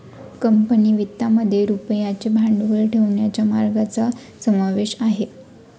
company वित्तामध्ये रुपयाचे भांडवल ठेवण्याच्या मार्गांचा समावेश आहे